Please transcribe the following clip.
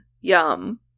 Yum